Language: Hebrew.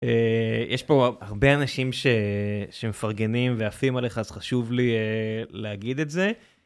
יש פה הרבה אנשים שמפרגנים ועפים עליך, אז חשוב לי להגיד את זה.